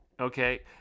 Okay